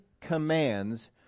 commands